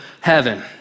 heaven